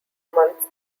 months